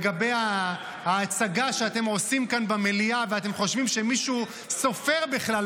לגבי ההצגה שאתם עושים כאן במליאה ואתם חושבים שמישהו סופר בכלל,